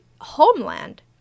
homeland